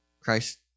Christ